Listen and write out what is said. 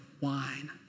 wine